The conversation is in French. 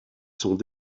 sont